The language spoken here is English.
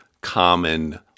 common